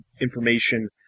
information